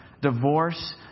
divorce